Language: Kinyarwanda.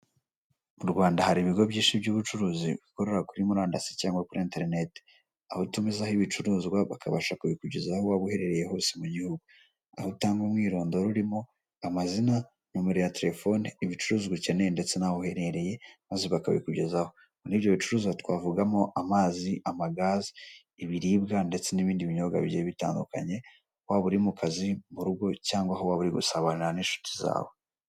Mu rwanda hari ibigo byinshi by'ubucuruzi bikorera kuri murandasi cyangwa kuri internet aho utumizaho ibicuruzwa bakabasha kubikugezaho aho waba uhererereye hose, mu gihugu aho utanga umwirondororimo amazina numero ya telefoni ibicuruzwa bikene ndetse n'aho uherereye maze bakabikugezaho muri ibyo bicuruza twavugamo amazi amagazi ibiribwa ndetse n'ibindi binyobwa bi bitandukanye waba uri mu kazi mugo cyangwa aho wa uri gusabana n'inshuti zawe.